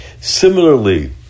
Similarly